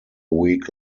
week